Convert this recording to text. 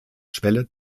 schwelle